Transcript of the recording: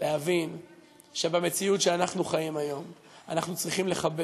להבין שבמציאות שאנחנו חיים היום אנחנו צריכים לחבק.